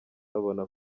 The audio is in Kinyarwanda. babona